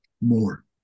more